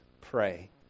Pray